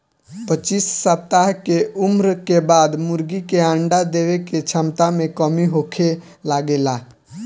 पच्चीस सप्ताह के उम्र के बाद मुर्गी के अंडा देवे के क्षमता में कमी होखे लागेला